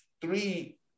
three